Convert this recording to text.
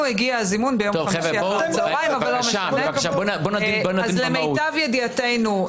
אז למיטב ידיעתנו,